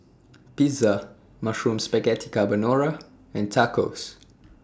Pizza Mushroom Spaghetti Carbonara and Tacos